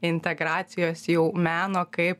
integracijos jau meno kaip